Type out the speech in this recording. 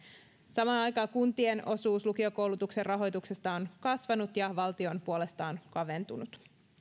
samaan aikaan kuntien osuus lukiokoulutuksen rahoituksesta on kasvanut ja valtion puolestaan kaventunut